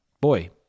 boy